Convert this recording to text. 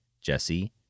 Jesse